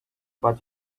but